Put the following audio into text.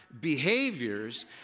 behaviors